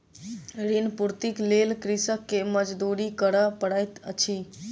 ऋण पूर्तीक लेल कृषक के मजदूरी करअ पड़ैत अछि